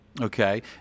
okay